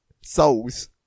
Souls